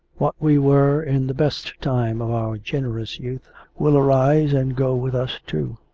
what we were in the best time of our generous youth will arise and go with us too.